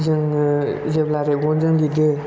जोङो जेब्ला रेबगनजों लिरो